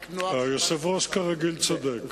רק נוער, היושב-ראש, כרגיל, צודק.